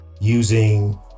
using